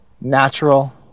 natural